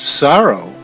sorrow